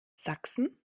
sachsen